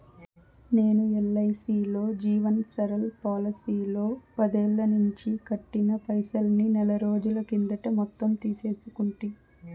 నేను ఎల్ఐసీలో జీవన్ సరల్ పోలసీలో పదేల్లనించి కట్టిన పైసల్ని నెలరోజుల కిందట మొత్తం తీసేసుకుంటి